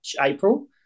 april